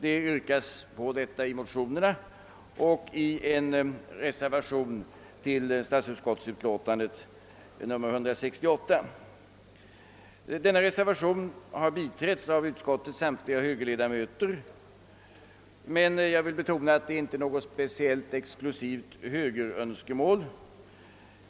Detta påyrkas både i motionerna och i en reservation till statsutskottets utlåtande. Denna reservation har biträtts av utskottets samtliga högerledamöter, men jag vill betona att det inte är fråga om något exklusivt högerönskemål.